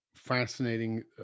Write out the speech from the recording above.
fascinating